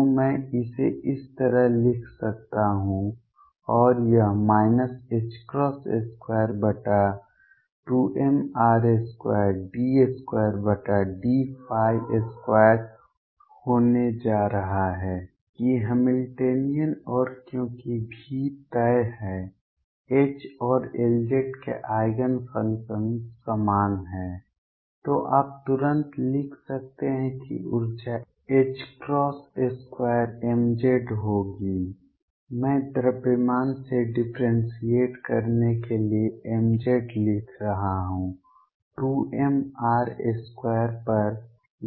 तो मैं इसे इस तरह लिख सकता हूं और यह 22mr222 होने जा रहा है कि हैमिल्टनियन और क्योंकि V तय है H और Lz के आइगेन फंक्शन समान हैं तो आप तुरंत लिख सकते हैं कि ऊर्जा 2mz होगी मैं द्रव्यमान से डिफ्रेंसियेट करने के लिए mz लिख रहा हूं 2 m R2 पर